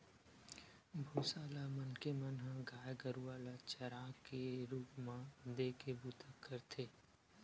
भूसा ल मनखे मन ह गाय गरुवा ल चारा के रुप म देय के बूता करथे